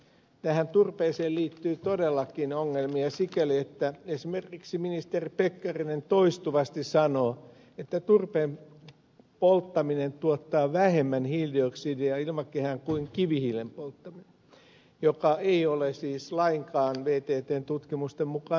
tähän turpeeseen liittyy todellakin ongelmia sikäli että esimerkiksi ministeri pekkarinen toistuvasti sanoo että turpeen polttaminen tuottaa vähemmän hiilidioksidia ilmakehään kuin kivihiilen polttaminen mikä ei ole siis lainkaan vttn tutkimusten mukaan totta